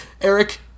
Eric